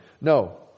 No